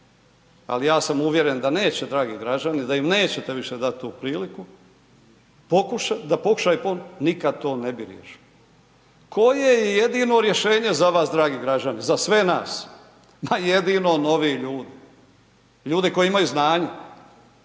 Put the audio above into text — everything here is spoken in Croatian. al ja sam uvjeren da neće dragi građani, da im nećete više dat tu priliku, da pokušaju ponovo nikad to ne bi riješili. Koje je jedino rješenje za vas dragi građani, za sve nas? Ma jedino novi ljudi, ljudi koji imaju znanje,